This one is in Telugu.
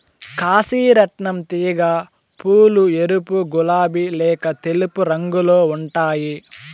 కాశీ రత్నం తీగ పూలు ఎరుపు, గులాబి లేక తెలుపు రంగులో ఉంటాయి